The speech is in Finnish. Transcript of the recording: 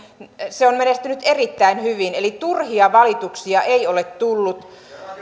se on menestynyt erittäin hyvin eli turhia valituksia ei ole tullut